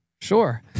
Sure